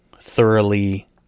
thoroughly